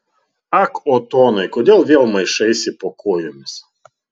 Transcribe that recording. ak otonai kodėl vėl maišaisi po kojomis